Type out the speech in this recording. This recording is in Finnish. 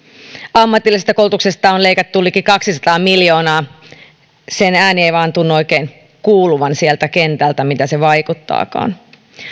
ammatillisesta koulutuksesta on leikattu liki kaksisataa miljoonaa ääni ei vain oikein tunnu kuuluvan sieltä kentältä miten se vaikuttaakaan